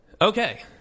Okay